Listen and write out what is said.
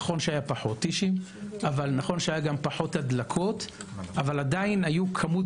נכון שהיו אז פחות טישים ופחות הדלקות אבל עדיין הייתה כמות